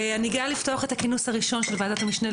אני גאה לפתוח את הכינוס הראשון של וועדת המשנה,